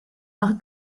nach